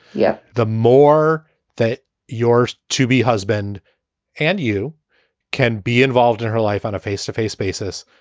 yeah, the more that yours to be husband and you can be involved in her life on a face to face basis,